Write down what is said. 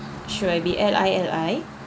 sure it'll be L I L I